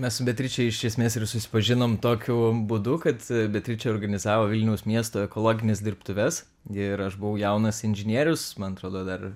mes su beatriče iš esmės ir susipažinom tokiu būdu kad beatričė organizavo vilniaus miesto ekologines dirbtuves ir aš buvau jaunas inžinierius man atrodo dar